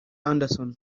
anderson